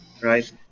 right